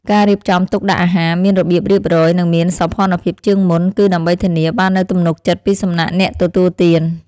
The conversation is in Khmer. ការរៀបចំទុកដាក់អាហារមានរបៀបរៀបរយនិងមានសោភ័ណភាពជាងមុន គឺដើម្បីធានាបាននូវទំនុកចិត្តពីសំណាក់អ្នកទទួលទាន។